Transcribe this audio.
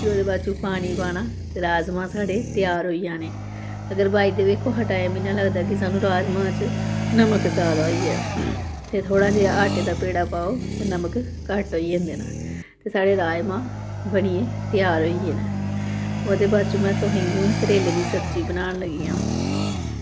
फिर ओह्दे बाद च पानी पाना ते राजमाह् साढ़े त्यार होई जाने अगर बाई द वे कुसै टाईम इ'यां लगदा के सानूं राजमाह् च नमक जैदा होई जाऐ ते थोह्ड़ा जेहा आटे दा पेड़ा पाओ ते नमक घट्ट होई जंदा ऐ ते साढ़े राजमाह् बनियै त्यार होइयै न ओह्दे बाद च में तुसें गी हून करेले दी सब्जी बनान लग्गी आं